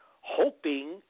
hoping